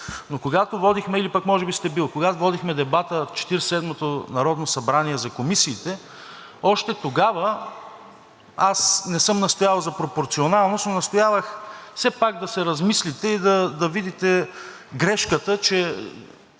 Когато водихме дебата в Четиридесет и седмото народно събрание за комисиите, още тогава аз не съм настоявал за пропорционалност, но настоявах все пак да се размислите и да видите грешката, че